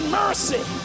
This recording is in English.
mercy